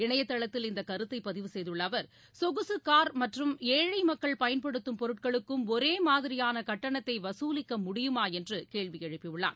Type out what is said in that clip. இணையதளத்தில் இந்த கருத்தை பதிவு செய்துள்ள அவர் சொகுசு கார் மற்றும் ஏழை மக்கள் பயன்படுத்தும் பொருட்களுக்கும் ஒரே மாதிரியான கட்டணத்தை வசூலிக்க முடியுமா என்று கேள்வி எழுப்பி உள்ளார்